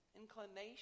inclination